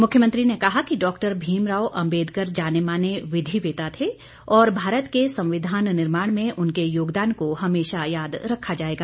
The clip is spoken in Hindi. मुख्यमंत्री ने कहा कि डॉक्टर भीमराव अम्बेदकर जानेमाने विधिवेता थे और भारत के संविधान निर्माण में उनके योगदान में हमेशा याद रखा जाएगा